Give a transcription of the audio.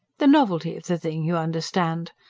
the novelty of the thing. you understand.